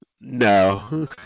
No